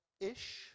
ish